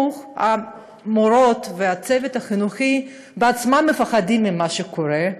כשהמורות והצוות החינוכי בעצמם מפחדים ממה שקורה,